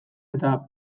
eta